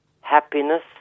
happiness